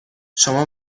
شما